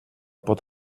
pot